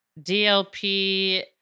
DLP